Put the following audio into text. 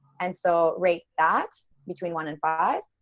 and so rate that between one and five